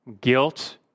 guilt